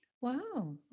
Wow